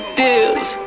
deals